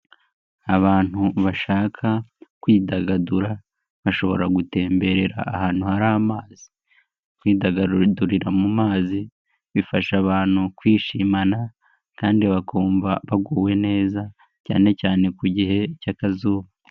Abantu bashaka kwidagadura bashobora gutemberera ahantu hari amazi, kwidagadudurira mu mazi bifasha abantu kwishimana, kandi bakumva baguwe neza cyane cyane ku gihe cy'akazuba.